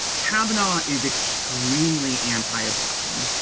cabinet is extremely anti-abortion.